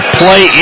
play